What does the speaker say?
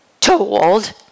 told